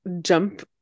jump